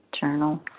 journal